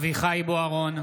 בוארון,